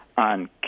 On